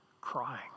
crying